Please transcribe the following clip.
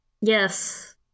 Yes